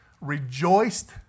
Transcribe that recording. rejoiced